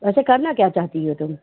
वैसे करना क्या चाहती हो तुम